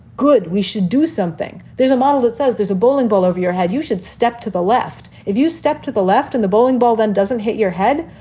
good. we should do something. there's a model that says there's a bowling ball over your head. you should step to the left. if you step to the left and the bowling ball then doesn't hit your head.